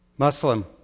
Muslim